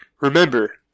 Remember